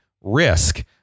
risk